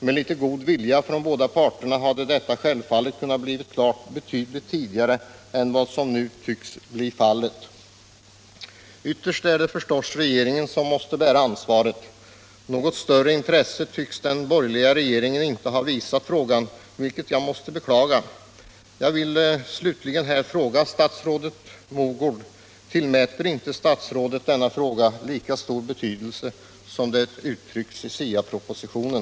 Med litet god vilja från båda parterna hade detta självfallet kunnat vara klart betydligt tidigare än vad som nu tycks bli fallet. Ytterst är det förstås regeringen som måste bära ansvaret. Något större intresse tycks inte den borgerliga regeringen ha visat frågan, vilket jag måste beklaga. Jag vill slutligen fråga statsrådet Mogård: Tillmäter inte statsrådet denna fråga lika stor betydelse som det uttrycks i SIA-propositionen?